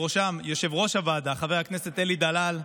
ובראשו יושב-ראש הוועדה חבר הכנסת אלי דלל.